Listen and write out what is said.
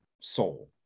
soul